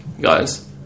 guys